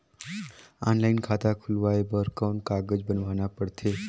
Online खाता खुलवाय बर कौन कागज बनवाना पड़थे?